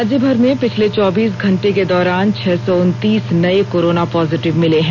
राज्यभर में पिछले चौबीस घंटे के दौरान छह सौ उन्तीस नए कोरोना पॉजिटीव मिले हैं